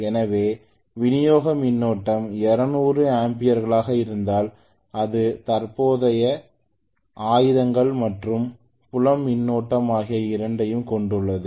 எனவே விநியோக மின்னோட்டம் 200 ஆம்பியர்களாக இருந்தால் இது தற்போதைய ஆயுதங்கள் மற்றும் புலம் மின்னோட்டம் ஆகிய இரண்டையும் கொண்டுள்ளது